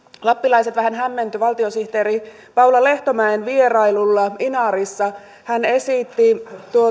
lappilaiset vähän hämmentyivät valtiosihteeri paula lehtomäen vierailulla inarissa hän esitti